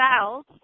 south